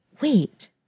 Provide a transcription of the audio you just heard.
wait